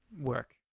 work